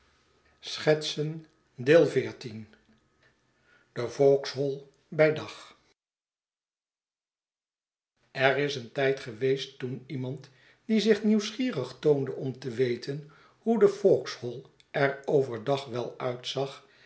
de vauxhall bij dag er is een tijd geweest toen lemand die zich nieuwsgierig toonde om te weten hoedevauxhall er over dag wel uitzag